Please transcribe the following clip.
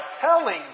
telling